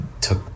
took